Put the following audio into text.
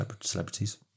celebrities